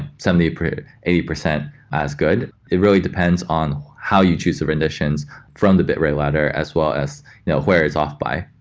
seventy percent, eighty percent as good. it really depends on how you choose the renditions from the bitrate ladder, as well as where it's off by.